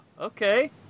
okay